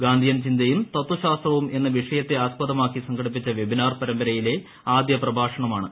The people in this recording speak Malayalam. ഗാന്ധിയൻ ചിന്തയും തത്വശാസ്ത്രവും എന്ന വിഷയത്തെ ആസ്പദമാക്കി സംഘടിപ്പിച്ച വെബിനാർ പരമ്പരയിലെ ആദ്യപ്രഭാഷണമാണിത്